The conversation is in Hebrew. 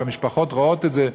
והמשפחות רואות את זה.